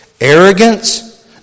arrogance